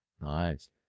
Nice